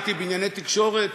הייתי בענייני תקשורת?